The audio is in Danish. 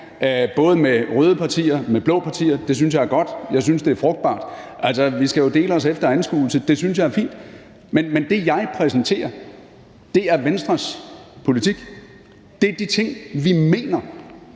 både med røde partier og med blå partier – det synes jeg er godt; det synes jeg er frugtbart. Altså, vi skal jo dele os efter anskuelse, og det synes jeg er fint. Men det, jeg præsenterer, er Venstres politik. Det er de ting, vi mener,